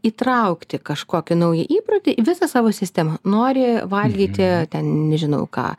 įtraukti kažkokį naują įprotį į visą savo sistemą nori valgyti ten nežinau ką